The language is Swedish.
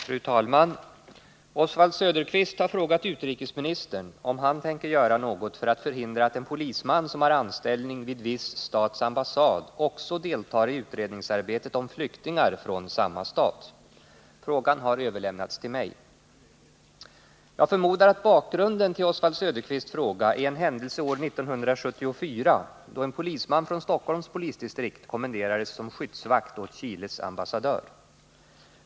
Fru talman! Oswald Söderqvist har frågat utrikesministern om han tänker göra något för att förhindra att en polisman som har anställning vid viss stats ambassad också deltar i utredningsarbetet om flyktingar från samma stat. Frågan har överlämnats till mig. Jag förmodar att bakgrunden till Oswald Söderqvists fråga är en händelse år 1974 då en polisman från Stockholms polisdistrikt kommenderades som skyddsvakt åt Chiles ambassadör.